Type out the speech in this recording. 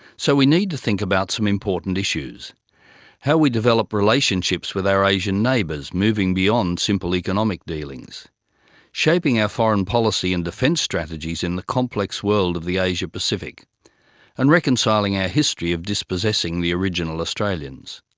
so we need to think about some important issues how we develop relationships with our asian neighbours, moving beyond simple economic dealings shaping our foreign policy and defence strategies in the complex world of the asia-pacific and reconciling our ah history of dispossessing the original australians.